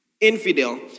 Infidel